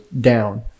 down